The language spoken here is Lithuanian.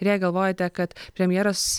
ir jei galvojate kad premjeras